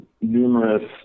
numerous